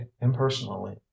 impersonally